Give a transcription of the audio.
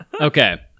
Okay